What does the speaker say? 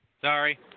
Sorry